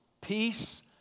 Peace